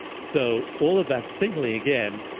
so all of that signaling, again,